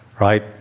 right